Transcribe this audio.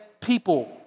people